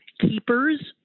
keepers